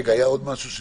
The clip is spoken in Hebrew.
רגע, היה עוד משהו.